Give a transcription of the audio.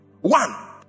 one